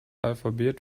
alphabet